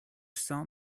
sein